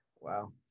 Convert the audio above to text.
Wow